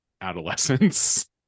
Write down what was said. adolescence